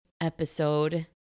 episode